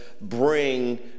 bring